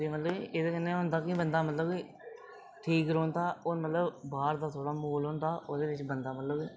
एह् मतलब कि एह्दे कन्नै होंदा मतलब कि बंदा मतलब कि ठीक रौंह्दा और मतलब बाह्र दा थोह्ड़ा म्हौल होंदा ओह्दे बिच बंदा मतलब